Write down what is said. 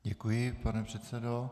Děkuji, pane předsedo.